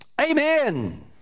Amen